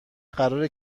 قراره